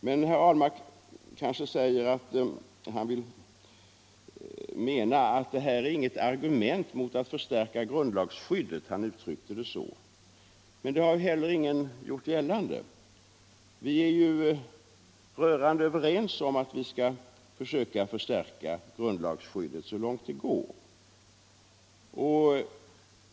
Herr Ahlmark vill mena att detta inte är något argument mot att förstärka grundlagsskyddet — han uttryckte det så. Men det har väl heller ingen gjort gällande. Vi är ju rörande överens om att vi skall försöka förstärka grundlagsskyddet så långt det går.